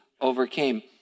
overcame